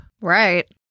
right